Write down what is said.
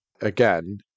again